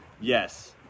yes